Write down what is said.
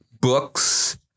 books